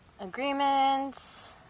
agreements